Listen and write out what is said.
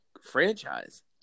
franchise